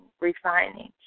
refining